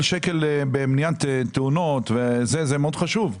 כל שקל במניעת תאונות - מאוד חשוב.